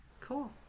cool